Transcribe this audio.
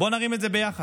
בוא נרים את זה יחד,